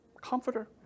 Comforter